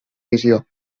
visió